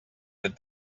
that